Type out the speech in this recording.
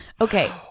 Okay